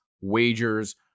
wagers